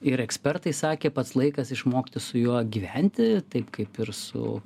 ir ekspertai sakė pats laikas išmokti su juo gyventi taip kaip ir su